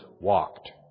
walked